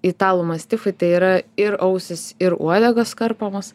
italų mastifai tai yra ir ausys ir uodegos karpomos